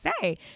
say